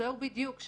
זהו בדיוק.